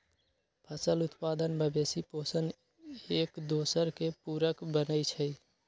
फसल उत्पादन, मवेशि पोशण, एकदोसर के पुरक बनै छइ